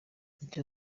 icyo